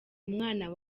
umwana